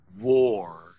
war